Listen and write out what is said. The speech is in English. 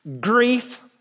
Grief